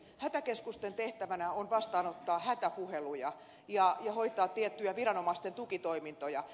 hätäkeskusten tehtävänä on vastaanottaa hätäpuheluja ja hoitaa tiettyjä viranomaisten tukitoimintoja